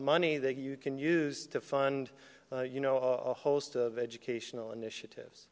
money that you can use to fund you know a host of educational initiatives